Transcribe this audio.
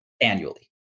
annually